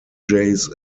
jays